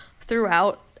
throughout